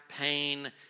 pain